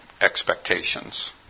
expectations